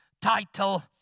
title